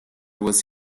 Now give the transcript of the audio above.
was